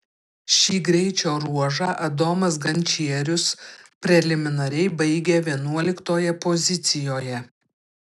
šį greičio ruožą adomas gančierius preliminariai baigė vienuoliktoje pozicijoje